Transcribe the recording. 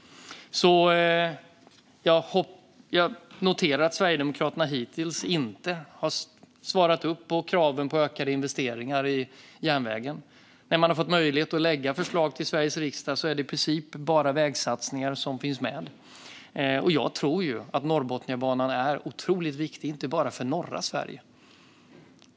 Jag noterar att Sverigedemokraterna hittills inte har svarat upp mot kraven på ökade investeringar i järnvägen. När man har fått möjlighet att lägga fram förslag i Sveriges riksdag är det i princip bara vägsatsningar som funnits med. Jag tror att Norrbotniabanan är otroligt viktig, och inte bara för norra Sverige.